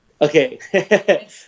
okay